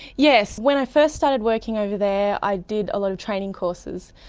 yes, when i first started working over there i did a lot of training courses,